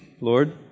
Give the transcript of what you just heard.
Lord